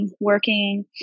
working